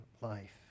life